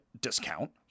discount